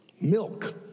milk